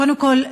קודם כול,